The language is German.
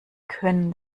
können